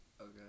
Okay